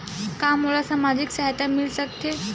का मोला सामाजिक सहायता मिल सकथे?